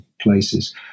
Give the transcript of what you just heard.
places